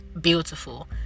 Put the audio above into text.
beautiful